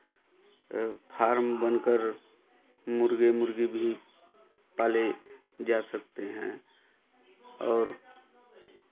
farm बनकर मुर्गे मुर्गी भी पाले जा सकते हैं और